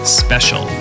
special